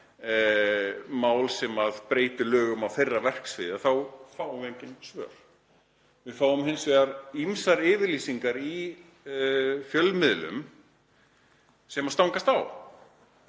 mál sem breytir lögum á þeirra verksviði, er að við fáum engin svör. Við fáum hins vegar ýmsar yfirlýsingar í fjölmiðlum sem stangast á.